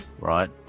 right